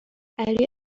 علی